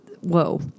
whoa